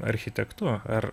architektu ar